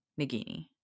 Nagini